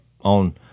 on